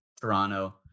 Toronto